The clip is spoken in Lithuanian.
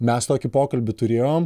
mes tokį pokalbį turėjom